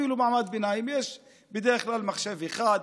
אפילו אצל מעמד ביניים יש בדרך כלל מחשב אחד,